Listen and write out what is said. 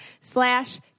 slash